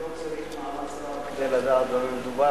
מכיוון שלא צריך מאמץ רב כדי לדעת במי מדובר,